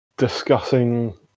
discussing